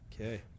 Okay